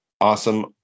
Awesome